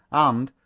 and,